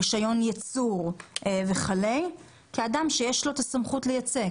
רישיון ייצור וכולי כאדם שיש לו את הסמכות לייצא.